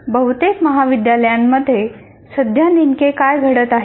बहुतेक महाविद्यालयांमध्ये सध्या नेमके काय घडत आहे